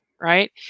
Right